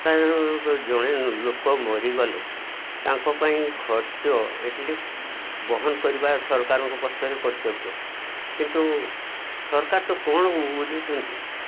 ତା ଜଣେ ଲୋକ ମରିଗଲେ ତାଙ୍କ ପାଇଁ ଖର୍ଚ୍ଚ ଏଟଲିଷ୍ଟ୍ ବହନ କରିବା ସରକାରଙ୍କ ପାଖରେ କର୍ତ୍ତବ୍ୟ କିନ୍ତୁ ସରକାର ତ କ'ଣ ବୁଝୁଛନ୍ତି